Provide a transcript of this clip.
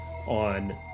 on